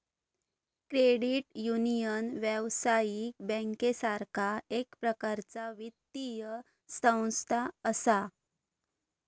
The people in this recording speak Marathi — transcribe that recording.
क्रेडिट युनियन, व्यावसायिक बँकेसारखा एक प्रकारचा वित्तीय संस्था असा